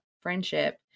friendship